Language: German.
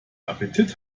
appetit